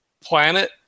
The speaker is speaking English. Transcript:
planet